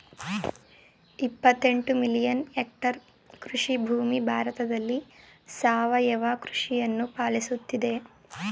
ಇಪ್ಪತ್ತೆಂಟು million hectare ಕೃಷಿಭೂಮಿ ಭಾರತದಲ್ಲಿ ಸಾವಯವ ಕೃಷಿಯನ್ನು ಪಾಲಿಸುತ್ತಿದೆ